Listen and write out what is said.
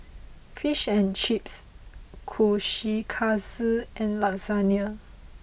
Fish and Chips Kushikatsu and Lasagne